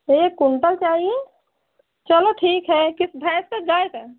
एक क्विंटल चाहिए चलो ठीक है किस भैंस का की गाय का